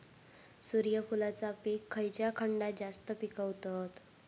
सूर्यफूलाचा पीक खयच्या खंडात जास्त पिकवतत?